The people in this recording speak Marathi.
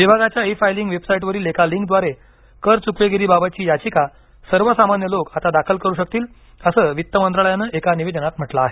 विभागाच्या ई फायलिंग वेबसाईटवरील एका लिंकद्वारे कर चुकवेगिरीबाबतची याचिका सर्वसामान्य लोक आता दाखल करु शकतील असं वित्त मंत्रालयानं एका निवेदनात म्हटलं आहे